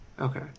Okay